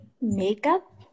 makeup